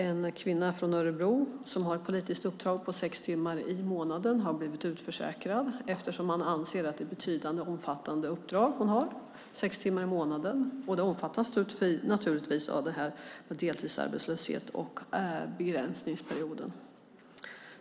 En kvinna från Örebro som har ett politiskt uppdrag på sex timmar i månaden har blivit utförsäkrad, eftersom man anser att hon har ett betydande och omfattande uppdrag. Detta omfattas naturligtvis av deltidsarbetslösheten och begränsningsperioden.